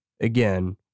again